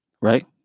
Right